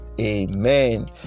amen